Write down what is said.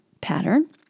pattern